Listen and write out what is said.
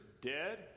dead